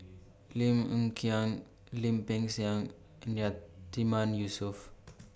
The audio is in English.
Lim Hng Kiang Lim Peng Siang and Yatiman Yusof